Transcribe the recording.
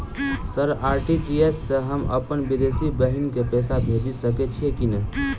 Sir RTGS सँ हम अप्पन विदेशी बहिन केँ पैसा भेजि सकै छियै की नै?